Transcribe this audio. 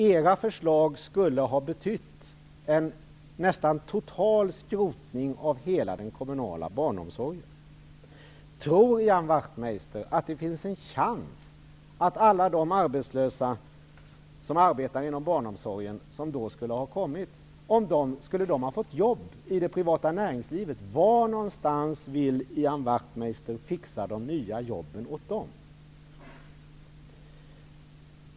Era förslag skulle ha betytt en nästan total skrotning av hela den kommunala barnomsorgen. Tror Ian Wachtmeister att det finns en chans att alla de arbetslösa som då skulle komma från barnomsorgen skulle få jobb i det privata näringslivet? Var någonstans vill Ian Wachtmeister fixa de nya jobben åt dem?